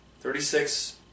Thirty-six